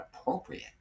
appropriate